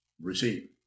receive